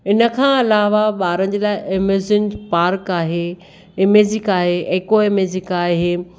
हिन खां अलावा ॿारनि जे लाइ एम्यूज़मेंट पार्क आहे इमेज़िका आहे एक्वा इमेज़िका आहे